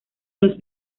los